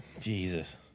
Jesus